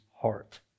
heart